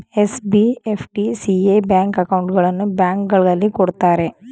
SB, FD, CA bank ಅಕೌಂಟ್ಗಳನ್ನು ಬ್ಯಾಂಕ್ಗಳಲ್ಲಿ ಕೊಡುತ್ತಾರೆ